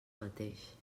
mateix